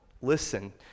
Listen